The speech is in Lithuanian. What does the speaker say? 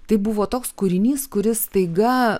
tai buvo toks kūrinys kuris staiga